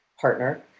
partner